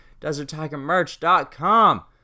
DesertTigerMerch.com